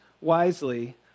wisely